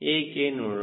ಏಕೆ ನೋಡೋಣ